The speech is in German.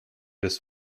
des